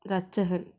Ratchagan